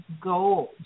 gold